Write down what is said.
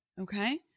Okay